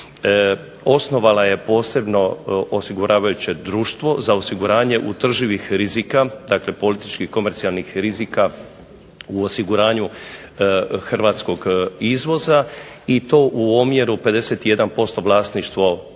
osnovala je posebno osiguravajuće društvo za osiguranje utrživih rizika, dakle političkih komercijalnih rizika u osiguranju hrvatskog izvoza i to u omjeru 51% vlasništvo HBOR-a